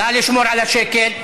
נא לשמור על השקט.